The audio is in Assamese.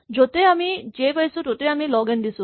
য'তেই আমি জে পাইছো ত'তেই লগ এন দিছো